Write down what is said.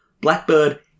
Blackbird